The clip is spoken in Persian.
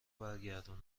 برگردونم